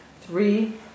three